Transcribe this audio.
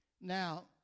Now